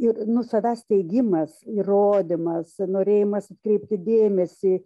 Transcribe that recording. ir nu savęs teigimas įrodymas norėjimas atkreipti dėmesį